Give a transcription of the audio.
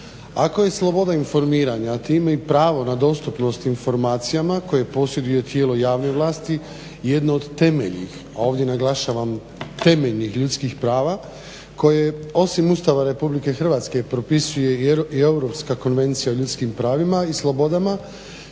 Ako je sloboda informiranja time i pravo na dostupnost informacijama koje posjeduje tijelo javne vlasti jedno od temeljnih a ovdje naglašavam temeljnih ljudskih prava koje osim Ustava RH propisuje i Europska konvencija o ljudskim pravima i slobodama,